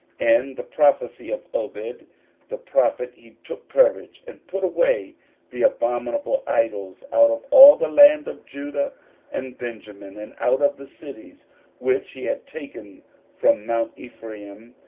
and the prophecy of oded the prophet, he took courage, and put away the abominable idols out of all the land of judah and benjamin, and out of the cities which he had taken from mount ephraim,